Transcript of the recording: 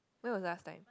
when was the last time